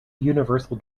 universal